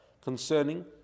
concerning